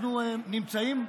אנחנו נמצאים,